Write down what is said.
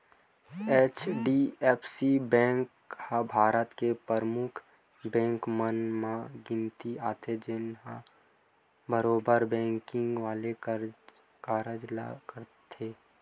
HDFC bank ह भारत के परमुख बेंक मन म गिनती आथे, जेनहा बरोबर बेंकिग वाले कारज ल करथे